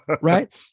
right